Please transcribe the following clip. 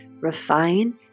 refine